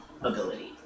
ability